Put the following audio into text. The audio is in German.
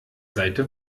seite